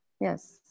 Yes